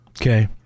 Okay